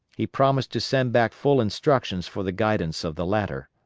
he promised to send back full instructions for the guidance of the latter.